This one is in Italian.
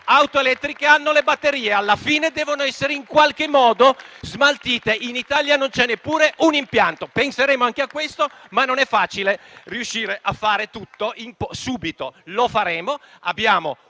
Le auto elettriche hanno le batterie, che alla fine devono essere in qualche modo smaltite e in Italia non c'è neppure un impianto. Penseremo anche a questo, ma non è facile riuscire a fare tutto subito. Lo faremo,